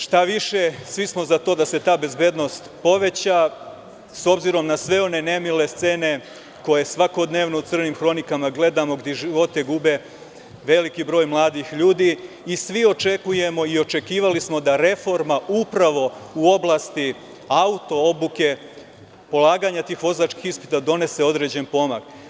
Šta više, svi smo za to da se ta bezbednost poveća, s obzirom na sve one nemile scene koje svakodnevno u crnim hronikama gledamo, gde živote gube veliki broj mladih ljudi i svi očekujemo i očekivali smo da reforma upravo u oblasti auto-obuke polaganja tih vozačkih ispita, donese određeni pomak.